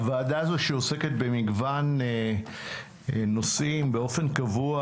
הוועדה הזאת, שעוסקת במגוון נושאים באופן קבוע,